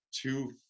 two